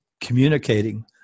communicating